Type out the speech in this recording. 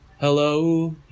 Hello